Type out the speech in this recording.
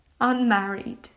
unmarried